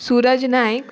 Suraj Naik